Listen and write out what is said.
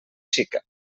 xica